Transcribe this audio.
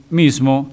mismo